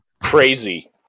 Crazy